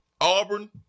Auburn